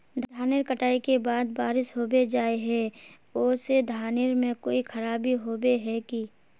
धानेर कटाई के बाद बारिश होबे जाए है ओ से धानेर में कोई खराबी होबे है की?